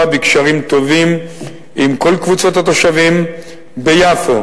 בקשרים טובים עם כל קבוצות התושבים ביפו.